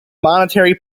monetary